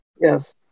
Yes